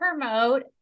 promote